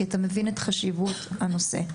כי אתה מבין את חשיבות הנושא.